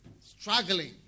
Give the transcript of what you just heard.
struggling